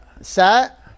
Set